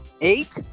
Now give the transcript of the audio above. eight